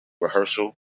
rehearsal